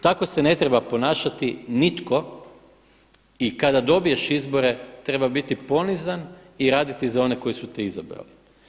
Tako se ne treba ponašati nitko i kada dobiješ izbore treba biti ponizan i raditi za one koji su te izabrali.